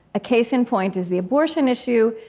a case in point is the abortion issue.